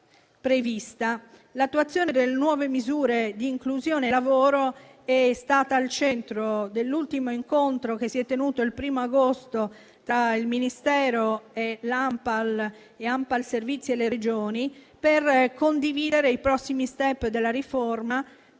L'attuazione delle nuove misure di inclusione lavoro è stata al centro dell'ultimo incontro, che si è tenuto il 1° agosto, tra il Ministero e ANPAL, ANPAL Servizi e Regioni, per condividere i prossimi *step* della riforma